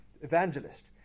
evangelist